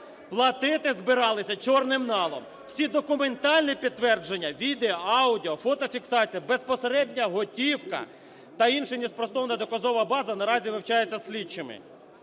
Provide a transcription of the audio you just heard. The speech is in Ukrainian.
Платити збиралися "чорним налом". Всі документальні підтвердження - відео-, аудіо-, фотофіксація, безпосередньо готівка та інша неспростовна доказова база - наразі вивчається слідчими.